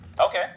Okay